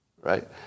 right